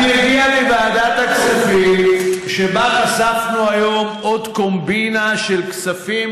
אני מגיע מישיבת ועדת הכספים שבה חשפנו היום עוד קומבינה של כספים